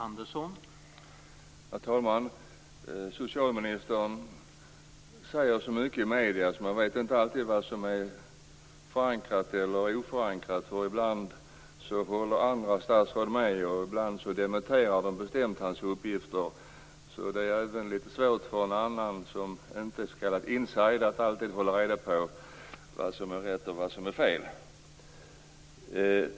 Herr talman! Socialministern säger så mycket i medierna att man inte alltid vet vad som är förankrat och vad som är oförankrat. Ibland håller andra statsråd med, och ibland dementerar de bestämt hans uppgifter. Det är lite svårt för den som inte är s.k. insider att alltid hålla reda på vad som är rätt och vad som är fel.